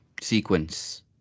sequence